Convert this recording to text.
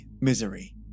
misery